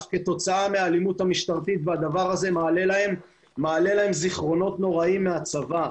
כתוצאה מהאלימות המשטרתית והדבר הזה מעלה להם זיכרונות נוראים מהצבא.